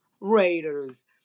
Raiders